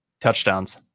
touchdowns